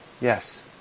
Yes